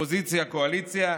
אופוזיציה וקואליציה,